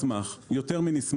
נשמח מאוד.